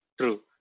True